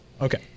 Okay